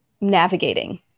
navigating